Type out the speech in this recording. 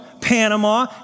Panama